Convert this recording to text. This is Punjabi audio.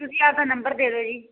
ਤੁਸੀਂ ਆਪਦਾ ਨੰਬਰ ਦੇ ਦਿਓ ਜੀ